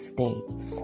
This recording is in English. States